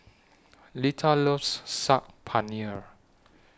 Lita loves Saag Paneer